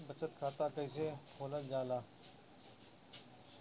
बचत खाता कइसे खोलल जाला?